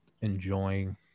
enjoying